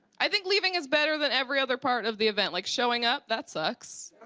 i think leaving is better than every other part of the event. like showing up, that sucks.